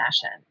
fashion